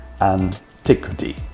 antiquity